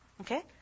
Okay